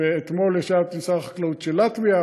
אתמול ישבתי עם שר החקלאות של לטביה,